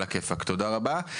על הכיפאק, תודה רבה.